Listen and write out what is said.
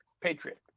Patriot